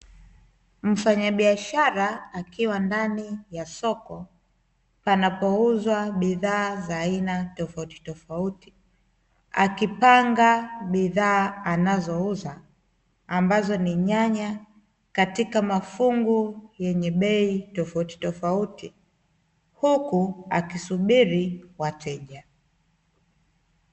Mfanyabiashara akiwa ndani ya soko panapouzwa bidhaa tofautitofauti, akipanga bidhaa anazouza ambazo ni nyanya katika mafungu yenye bei tofauti tofauti huku akisubiri wateja.